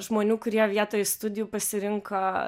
žmonių kurie vietoj studijų pasirinko